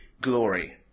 glory